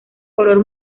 color